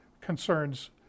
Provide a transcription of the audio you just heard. concerns